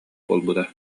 буолбута